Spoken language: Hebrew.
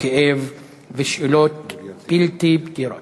כאב ושאלות בלתי פתירות.